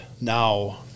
now